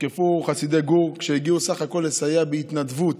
הותקפו חסידי גור כשהגיעו בסך הכול לסייע בהתנדבות